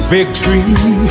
Victory